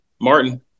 Martin